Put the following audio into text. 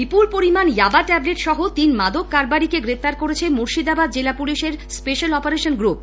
বিপুল পরিমাণ yaba tablet সহ তিন মাদক কারবারিকে গ্রেপ্তার করেছে মুর্শিদাবাদ জেলা পুলিশের স্পেশাল অপারেশন গ্রুপ